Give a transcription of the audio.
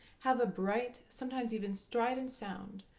have a bright, sometimes even strident sound,